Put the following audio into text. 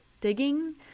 digging